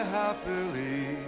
happily